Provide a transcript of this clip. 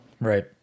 Right